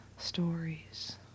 stories